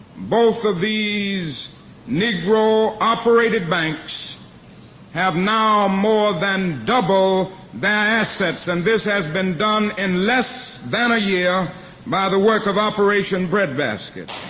both of these negro-operated banks have now more than double their assets, and this has been done in and less than a year by the work of operation breadbasket.